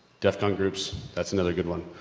defcon groups, that's another good one.